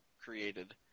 created